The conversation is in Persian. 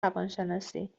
روانشناسی